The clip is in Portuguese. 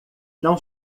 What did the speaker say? não